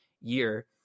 year